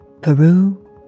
Peru